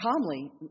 calmly